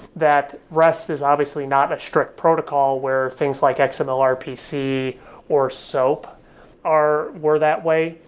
that rest is obviously not a strict protocol where things like and xml-rpc or soap are were that way.